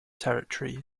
territory